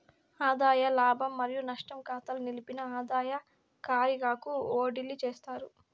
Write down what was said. ఆదాయ లాభం మరియు నష్టం కాతాల నిలిపిన ఆదాయ కారిగాకు ఓడిలీ చేస్తారు